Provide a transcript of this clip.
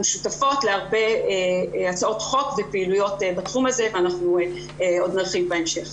שותפות להרבה הצעות חוק ופעילויות בתחום הזה ואנחנו עוד נרחיב בהמשך.